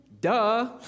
duh